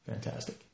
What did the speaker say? fantastic